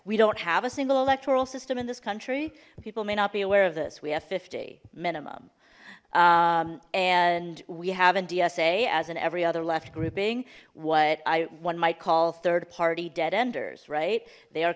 we don't have a single electoral system in this country people may not be aware of this we have fifty minimum and we have in dsa as in every other left grouping what i one might call third party dead enders right they are